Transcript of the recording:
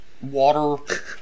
water